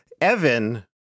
Evan